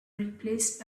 replaced